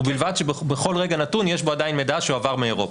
ובלבד שבכל רגע נתון יש בו עדיין מידע שהועבר באירופה.